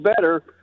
better